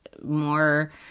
more